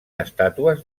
estàtues